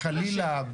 חלילה,